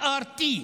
BRT,